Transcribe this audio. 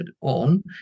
on